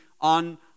on